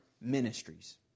ministries